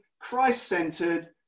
Christ-centered